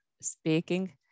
speaking